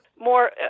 more